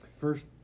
First